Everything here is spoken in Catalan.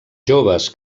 joves